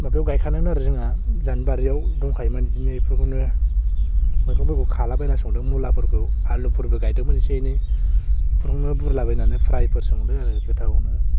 माबायाव गायखानायोन आरो जोंहा जोंहानि बारियाव दंखायोमोन बिदिनो बेफोरखौनो मैगंफोरखौ खाला बायना संदों मुलाफोरखौ आलुफोरबो गायदोंमोन इसे एनै बेफोरखौनो बुरला बायनानै फ्राइफोर संदों आरो गोथावनो